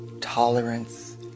tolerance